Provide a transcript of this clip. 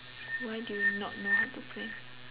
why do you not know how to plan